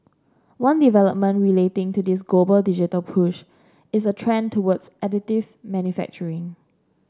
one development relating to this global digital push is a trend towards additive manufacturing